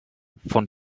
von